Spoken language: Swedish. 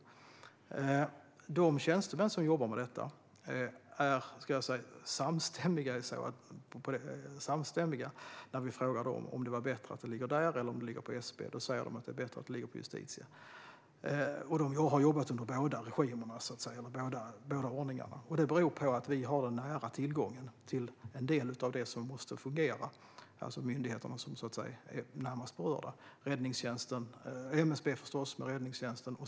Vi har frågat de tjänstemän som jobbar med detta om det är bättre att det ligger hos Justitiedepartementet än att det ligger hos Statsrådsberedningen, och de har varit samstämmiga i att det är bättre att det ligger hos Justitiedepartementet. Dessa tjänstemän har jobbat under båda ordningarna. Deras syn på saken beror på att vi har nära tillgång till en del av det som måste fungera, alltså till de myndigheter som är närmast berörda: räddningstjänsten, MSB och polisen.